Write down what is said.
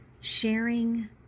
sharing